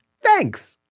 Thanks